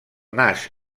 nas